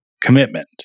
commitment